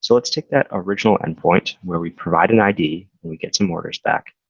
so let's take that original endpoint where we provide an id and we get some orders back.